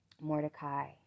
Mordecai